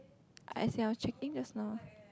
as I was checking just now